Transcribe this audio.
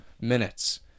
minutes